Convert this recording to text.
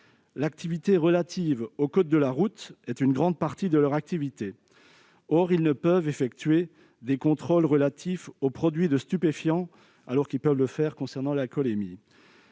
L'activité relative au code de la route est une grande partie de leur activité. Or ils ne peuvent effectuer les contrôles relatifs aux produits stupéfiants, alors qu'ils peuvent le faire concernant l'alcoolémie.